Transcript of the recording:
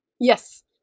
Yes